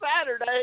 Saturday